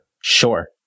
Sure